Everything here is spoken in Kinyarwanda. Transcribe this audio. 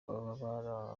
ababa